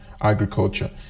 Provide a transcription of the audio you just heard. Agriculture